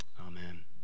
Amen